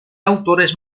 autores